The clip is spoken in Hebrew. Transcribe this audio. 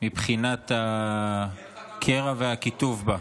מבחינת הקרע והקיטוב בה.